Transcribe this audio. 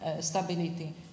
stability